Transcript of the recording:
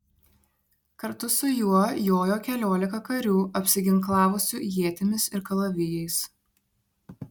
kartu su juo jojo keliolika karių apsiginklavusių ietimis ir kalavijais